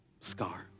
scar